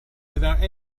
without